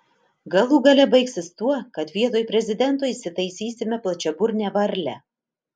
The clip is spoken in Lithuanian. galų gale baigsis tuo kad vietoj prezidento įsitaisysime plačiaburnę varlę